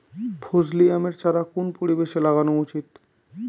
ফজলি আমের চারা কোন পরিবেশে লাগানো উচিৎ?